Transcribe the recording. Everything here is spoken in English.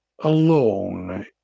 alone